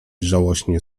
żałośnie